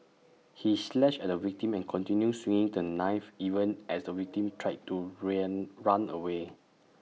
he slashed at the victim and continued swinging the knife even as the victim tried to ran run away